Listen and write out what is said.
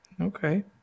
Okay